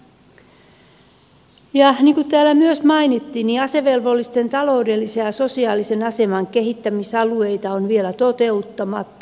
niin kuin täällä myös mainittiin asevelvollisten taloudellisen ja sosiaalisen aseman kehittämisalueita on vielä toteuttamatta